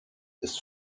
ist